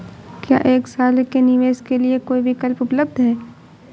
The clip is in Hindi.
क्या एक साल के निवेश के लिए कोई विकल्प उपलब्ध है?